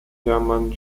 hermann